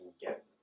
get